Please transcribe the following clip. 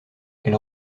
elle